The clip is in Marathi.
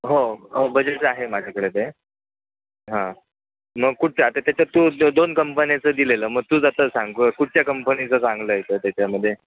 हो हो बजेट आहे माझ्याकडे ते हां मग कुठचे आता त्याच्यात तू दोन कंपन्याचं दिलेलं मग तूच आता सांगू कु कुठच्या कंपनीचं चांगलं येतं त्याच्यामध्ये